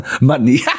money